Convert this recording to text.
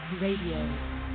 Radio